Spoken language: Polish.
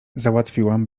załatwiłam